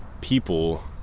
people